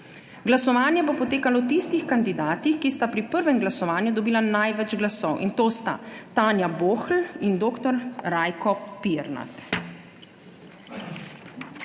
Glasovanje bo potekalo o tistih kandidatih, ki sta pri prvem glasovanju dobila največ glasov, in to sta Tanja Bohl in dr. Rajko Pirnat.